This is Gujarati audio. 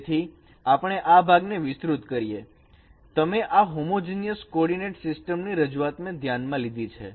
તેથી આપણે આ ભાગને વિસ્તૃત કરીએ તમે આ હોમોજીનિયસ કોર્ડીનેટ સિસ્ટમ ની રજૂઆતને ધ્યાનમાં લીધી છે